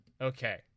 Okay